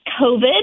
COVID